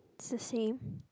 it's the same